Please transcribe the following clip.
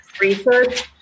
research